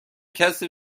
کسی